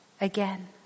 again